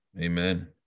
Amen